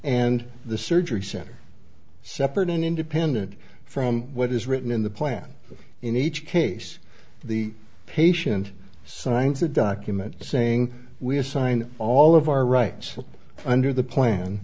and the surgery center separate and independent from what is written in the plan in each case the patient signs a document saying we assign all of our rights under the plan